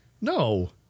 No